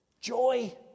joy